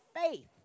faith